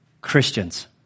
Christians